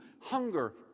hunger